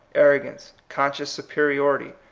arrogance, con scious superiority,